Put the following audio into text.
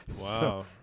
Wow